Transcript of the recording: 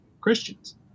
Christians